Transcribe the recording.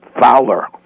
Fowler